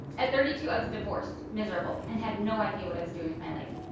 at thirty two, i was divorced, miserable, and had no idea what i was doing with my life.